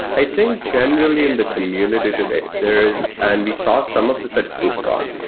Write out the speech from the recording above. i think, generally in the community today, there is and we saw some of these at cube-con,